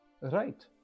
right